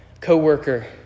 co-worker